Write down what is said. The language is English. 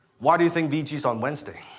why do you think vg's on wednesday?